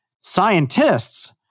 Scientists